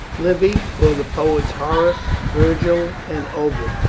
livy, or the poets horace, virgil, and ovid,